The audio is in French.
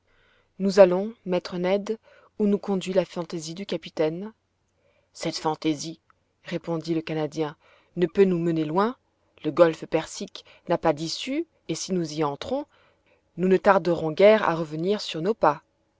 nous allons maître ned où nous conduit la fantaisie du capitaine cette fantaisie répondit le canadien ne peut nous mener loin le golfe persique n'a pas d'issue et si nous y entrons nous ne tarderons guère à revenir sur nos pas